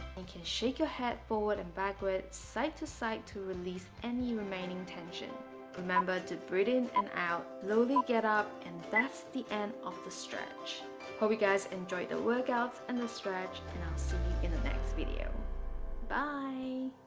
can shake your head forward and backward side to side to release any remaining tension remember to breathe in and out low they get up and that's the end of the stretch hope you guys enjoyed the workouts and the stretch and i'll see you in the next video bye